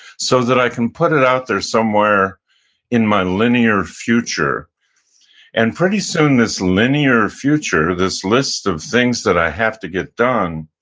so that i can put it out there somewhere in my linear future and pretty soon, this linear future, this list of things that i have to get done,